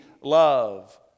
love